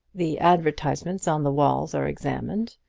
the advertisements on the walls are examined,